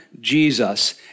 Jesus